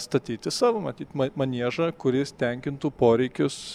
statyti savo matyt ma maniežą kuris tenkintų poreikius